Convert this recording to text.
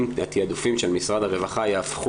אם התיעדופים של משרד הרווחה יהפכו